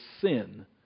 sin